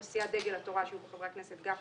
וסיעת דגל התורה שיהיו בה חברי הכנסת: גפני,